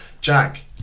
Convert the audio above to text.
Jack